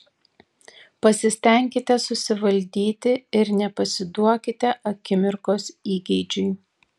pasistenkite susivaldyti ir nepasiduokite akimirkos įgeidžiui